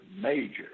major